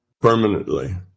permanently